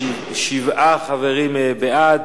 שבעה חברים בעד,